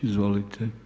Izvolite.